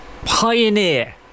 pioneer